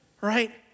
right